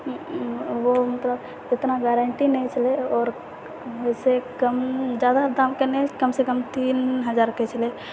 ओ मतलब इतना गारण्टी नहि छलै आओर ओहिसँ कम जादा दामके नहि कमसँ कम तीन हजारके छलै